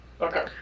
Okay